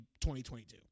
2022